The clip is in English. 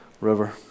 River